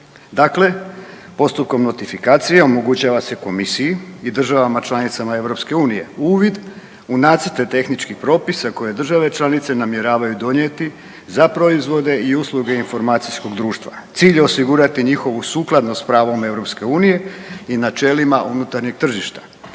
Dakle, postupkom notifikacije omogućava se komisiji i državama članicama EU uvid u nacrte tehničkih propisa koje države članice namjeravaju donijeti za proizvode i usluge informacijskog društva. Cilj je osigurati njihovu sukladnost s pravom EU i načelima unutarnjeg tržišta.